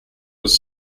was